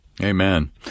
Amen